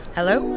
Hello